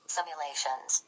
Simulations